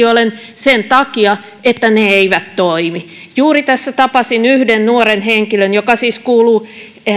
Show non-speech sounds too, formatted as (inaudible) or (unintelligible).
(unintelligible) olen sen takia että ne eivät toimi juuri tässä tapasin yhden nuoren henkilön joka siis kuuluu